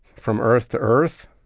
from earth to earth,